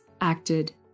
acted